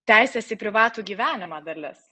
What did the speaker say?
teisės į privatų gyvenimą dalis